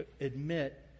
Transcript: admit